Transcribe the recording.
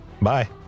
bye